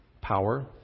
power